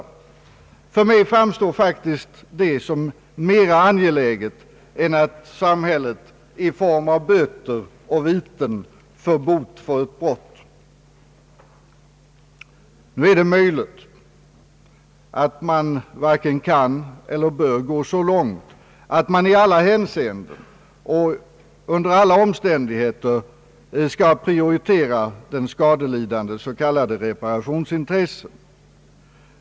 För mig framstår detta faktiskt som mera angeläget än att samhället i form av böter eller viten får bot för ett brott. Nu är det möjligt att man varken kan eller bör gå så långt att man i alla hänseenden och under alla omständigheter skall prioritera den skadelidandes s.k. reparationsintressen.